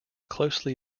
closely